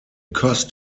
cost